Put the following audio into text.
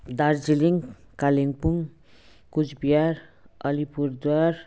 Darjeeling Kalimpong Coochbehar Alipurduar